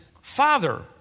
father